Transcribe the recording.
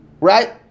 right